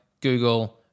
Google